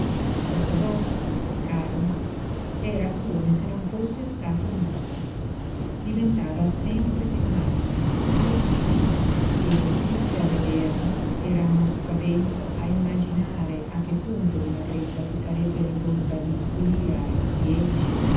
poco dopo calma era come se non fosse stato nulla diventava sempre piú magra questo sí e piú che a vederla era uno spavento a immaginare a che punto di magrezza si sarebbe ridotta di qui a dieci